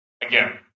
again